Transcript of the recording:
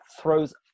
throws